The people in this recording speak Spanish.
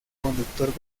conductor